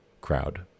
crowd